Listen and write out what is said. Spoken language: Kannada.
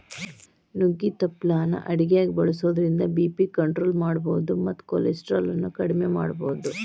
ನುಗ್ಗಿ ತಪ್ಪಲಾನ ಅಡಗ್ಯಾಗ ಬಳಸೋದ್ರಿಂದ ಬಿ.ಪಿ ಕಂಟ್ರೋಲ್ ಮಾಡಬೋದು ಮತ್ತ ಕೊಲೆಸ್ಟ್ರಾಲ್ ಅನ್ನು ಅಕೆಡಿಮೆ ಮಾಡಬೋದು